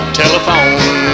telephone